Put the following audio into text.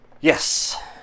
Yes